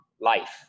life